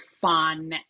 fun